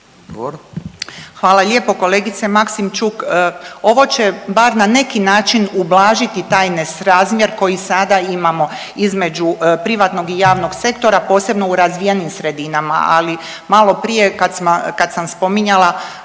Hvala lijepo kolegice Maksimčuk. Ovo će bar na neki način ublažiti taj nesrazmjer koji sada imamo između privatnog i javnog sektora posebno u razvijenim sredinama, ali maloprije kad sam spominjala